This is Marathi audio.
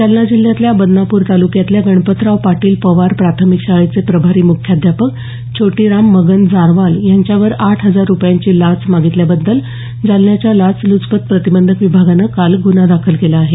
जालना जिल्ह्यातल्या बदनापूर तालुक्यातल्या गणपतराव पाटील पवार प्राथमिक शाळेचे प्रभारी मुख्याध्यापक छोटीराम मगन जारवाल यांच्यावर आठ हजार रुपयांची लाच मागितल्याबद्दल जालन्याच्या लाचल्चपत प्रतिबंधक विभागानं काल गुन्हा दाखल केला आहे